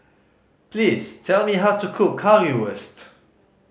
please tell me how to cook Currywurst